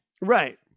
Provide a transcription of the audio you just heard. Right